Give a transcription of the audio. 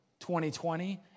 2020